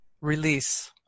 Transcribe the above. release